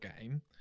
game